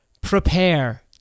prepare